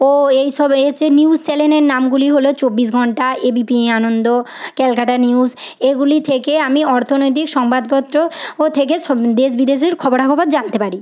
ও এই সব এ হচ্ছে নিউজ চ্যানেলের নামগুলি হলো চব্বিশ ঘণ্টা এবিপি আনন্দ ক্যালকাটা নিউজ এগুলি থেকে আমি অর্থনৈতিক সংবাদপত্র ও থেকে স্ দেশ বিদেশের খবরাখবর জানতে পারি